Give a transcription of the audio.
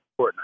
Fortnite